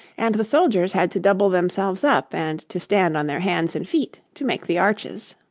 and the soldiers had to double themselves up and to stand on their hands and feet, to make the arches.